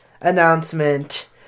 announcement